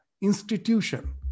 institution